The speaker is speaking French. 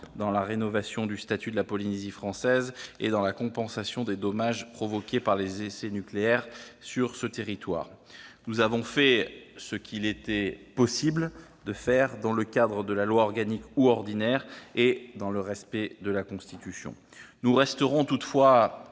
dans la rénovation du statut de la Polynésie française et dans la compensation des dommages provoqués par les essais nucléaires sur ce territoire. Nous avons fait ce qu'il était possible de faire, dans le cadre de la loi organique ou ordinaire et dans le respect de la Constitution. Nous resterons vigilants